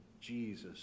Jesus